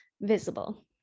visible